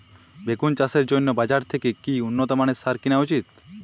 বেগুন চাষের জন্য বাজার থেকে কি উন্নত মানের সার কিনা উচিৎ?